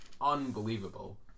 unbelievable